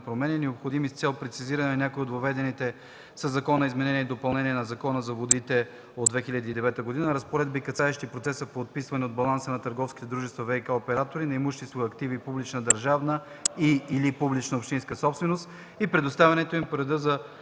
промени, необходими с цел прецизиране на някои от въведените със Закона за изменение и допълнение на Закона за водите от 2009 г. разпоредби, касаещи процеса по отписване от баланса на търговските дружества – ВиК оператори, на имущество и активи – публична държавна и/или публична общинска собственост и предоставянето им по реда на